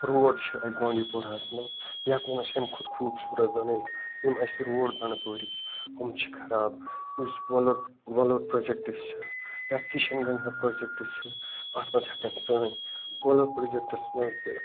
road چھُ اَسہِ بانٛڈی پوراہَس مَنٛز یہِ ہیٚکہون أسۍ اَمہِ کھۄتہٕ خوٗبصورت بَنٲوِتھ یم اَسہِ روڈ بَنٛڈٕ پورٕکۍ چھِ یِم چھِ خراب یُس وۄلُر وۄلُر پرٛوجیکٹ چھُ یا کِشَن گنگا پرٛوجَیکٹ چھُ اَتھ مَنٛز ہیٚکَن سٲنۍ وۄلُر پرٛوجیکٹَس مَنٛز تہِ